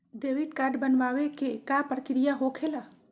Debit card बनवाने के का प्रक्रिया होखेला?